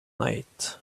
night